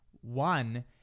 one